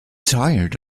tired